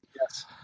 Yes